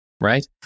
right